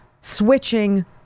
switching